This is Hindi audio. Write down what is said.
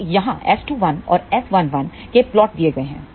तो यहाँ S21 और S11 के प्लॉट दिए गए हैं